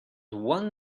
one